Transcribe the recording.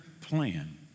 plan